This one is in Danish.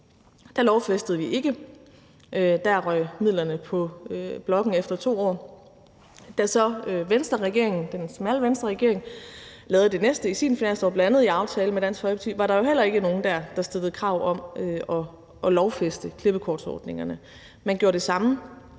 lovfæstede vi ikke; der røg midlerne på bloktilskuddet efter 2 år. Da så den smalle Venstreregering lavede det næste i sin finanslov, bl.a. i aftale med Dansk Folkeparti, var der jo heller ikke nogen, der stillede krav om at lovfæste klippekortordningen. Man gjorde det samme,